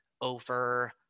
over